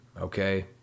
Okay